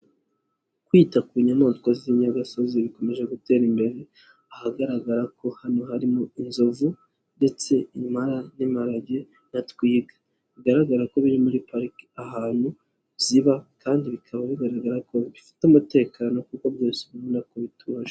Kwita ku nyamaswa z'inyagasozi bikomeje gutera imbere, ahagaragara ko hano harimo inzovu ndetse impara n'imparage na twiga, bigaragara ko biri muri pariki ahantu ziba kandi bikaba bigaragara ko zifite umutekano kuko byose ubona ko bituje.